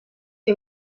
que